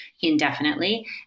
indefinitely